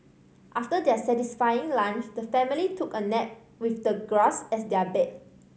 after their satisfying lunch the family took a nap with the grass as their bed